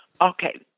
Okay